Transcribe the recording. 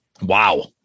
Wow